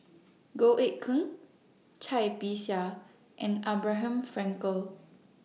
Goh Eck Kheng Cai Bixia and Abraham Frankel